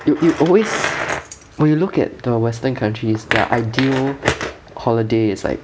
you you always when you look at the western countries their ideal holiday is like